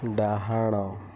ଡ଼ାହାଣ